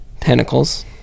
tentacles